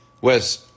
Wes